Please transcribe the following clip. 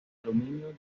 aluminio